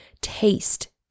taste